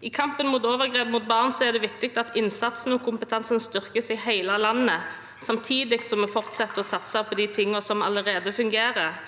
I kampen mot overgrep mot barn er det viktig at innsatsen og kompetansen styrkes i hele landet, samtidig som vi fortsetter å satse på det som allerede fungerer.